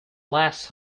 last